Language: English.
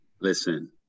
Listen